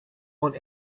want